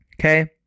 Okay